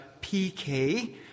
PK